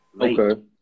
Okay